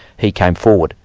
he came forward,